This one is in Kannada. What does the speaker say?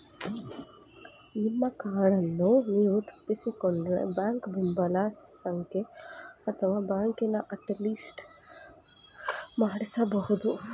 ನಿಮ್ಮ ಕಾರ್ಡನ್ನು ನೀವು ತಪ್ಪಿಸಿಕೊಂಡ್ರೆ ಬ್ಯಾಂಕ್ ಬೆಂಬಲ ಸಂಖ್ಯೆ ಅಥವಾ ಕಾರ್ಡನ್ನ ಅಟ್ಲಿಸ್ಟ್ ಮಾಡಿಸಬಹುದು